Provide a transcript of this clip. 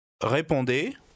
Répondez